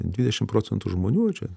dvidešimt procentų žmonių čia